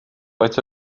faint